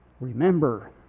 Remember